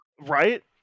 Right